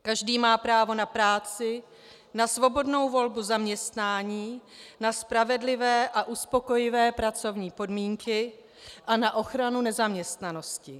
Každý má právo na práci, na svobodnou volbu zaměstnání, na spravedlivé a uspokojivé pracovní podmínky a na ochranu nezaměstnanosti.